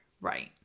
Right